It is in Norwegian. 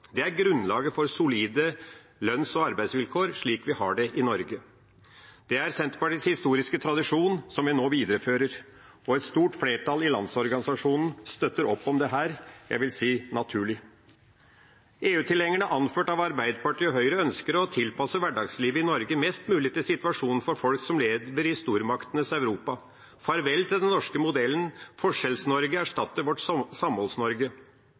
Det er grunnlaget for solide lønns- og arbeidsvilkår, slik vi har det i Norge. Det er Senterpartiets historiske tradisjon som vi nå viderefører, og et stort flertall i Landsorganisasjonen støtter opp om dette – jeg vil si naturlig. EU-tilhengerne, anført av Arbeiderpartiet og Høyre, ønsker å tilpasse hverdagslivet i Norge mest mulig til situasjonen for folk som lever i stormaktenes Europa. Farvel til den norske modellen. Forskjells-Norge erstatter vårt